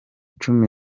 cumi